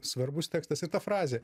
svarbus tekstas ir ta frazė